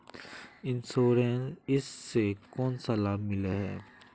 Insurance इस से कोन सा लाभ मिले है?